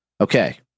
Okay